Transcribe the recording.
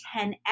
10x